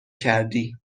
کردی